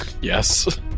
Yes